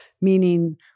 meaning